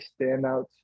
standouts